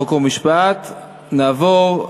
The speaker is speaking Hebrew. חוק ומשפט נתקבלה.